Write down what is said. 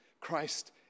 Christ